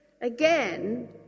again